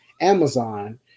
Amazon